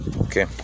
Okay